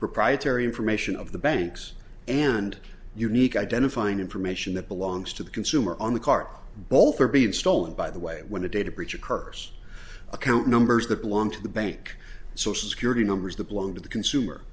proprietary information of the banks and unique identifying information that belongs to the consumer on the car both are being stolen by the way when the data breach a curse account numbers that belong to the bank social security numbers the blow to the consumer